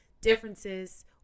differences